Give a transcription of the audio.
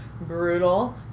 Brutal